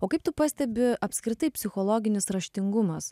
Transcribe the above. o kaip tu pastebi apskritai psichologinis raštingumas